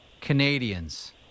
Canadians